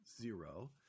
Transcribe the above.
zero